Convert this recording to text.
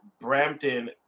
Brampton